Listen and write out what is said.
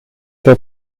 der